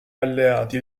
alleati